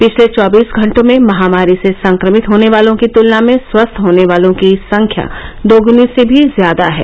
पिछले चौबीस घंटों में महामारी से संक्रमित होने वालों की तुलना में स्वस्थ होने वालों की संख्या दोगुनी से भी ज्यादा है